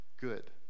good